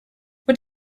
what